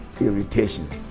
irritations